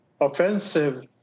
offensive